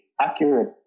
accurate